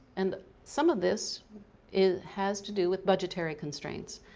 and some of this it has to do with budgetary constraints.